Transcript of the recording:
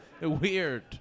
Weird